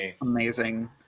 Amazing